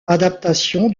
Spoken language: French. adaptation